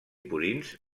purins